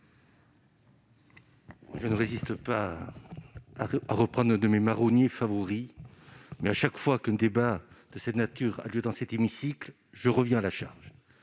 offerte de revenir à l'un de mes marronniers favoris. Chaque fois qu'un débat de cette nature a lieu dans cet hémicycle, je reviens à la charge